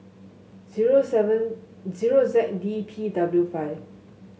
zero seven zero Z D P W five